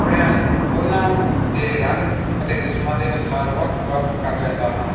ਕੱਪੜਿਆਂ ਨੂੰ ਉਹਨਾਂ ਦੇ ਰੰਗ ਅਤੇ ਕਿਸਮਾਂ ਦੇ ਅਨੁਸਾਰ ਵੱਖ ਵੱਖ ਕਰ ਲੈਂਦਾ ਹਾਂ